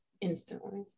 instantly